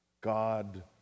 God